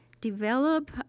develop